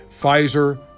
Pfizer